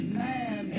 man